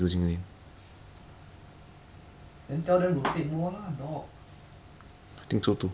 no ah say I lose game [what] cannot cannot no trust in me already even though you know I did my best